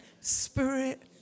spirit